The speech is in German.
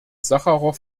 sacharow